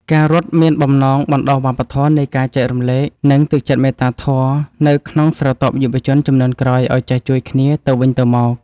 ការរត់មានបំណងបណ្ដុះវប្បធម៌នៃការចែករំលែក និងទឹកចិត្តមេត្តាធម៌នៅក្នុងស្រទាប់យុវជនជំនាន់ក្រោយឱ្យចេះជួយគ្នាទៅវិញទៅមក។